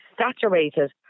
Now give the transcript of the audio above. saturated